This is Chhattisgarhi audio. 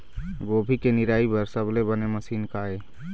गोभी के निराई बर सबले बने मशीन का ये?